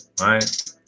Right